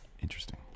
Interesting